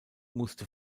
musste